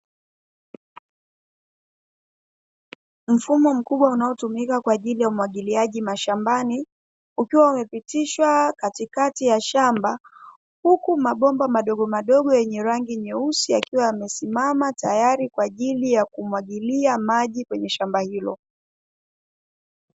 Mfumo mkubwa unaotumika kwa ajili ya umwagiliaji mashambani, ukiwa umepitishwa katikati ya shamba, huku mabomba madogo madogo yenye rangi nyeusi yakiwa yamesimama tayari kwa ajili ya kumwagilia maji kwenye shamba hilo.